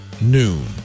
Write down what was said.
Noon